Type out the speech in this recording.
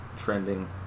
trending